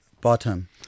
bottom